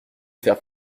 faire